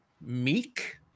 meek